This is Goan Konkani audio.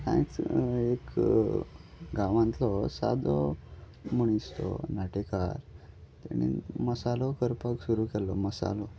कांयच एक गांवांतलो सादो मनीस तो नाटेकार तेणेन मसालो करपाक सुरू केल्लो मसालो